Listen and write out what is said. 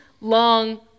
long